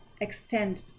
extend